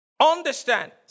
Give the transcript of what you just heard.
understand